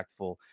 impactful